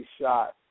shot